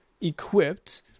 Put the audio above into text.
equipped